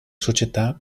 società